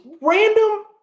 random